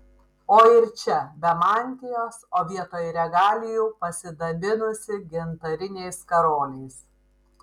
o ir čia be mantijos o vietoj regalijų pasidabinusi gintariniais karoliais